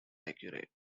accurate